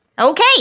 Okay